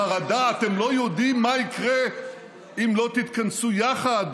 בחרדה: אתם לא יודעים מה יקרה אם לא תתכנסו יחד,